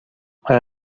آیا